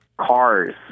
cars